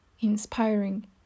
inspiring